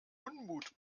unmut